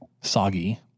soggy